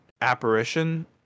Apparition